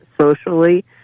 socially